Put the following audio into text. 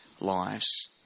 lives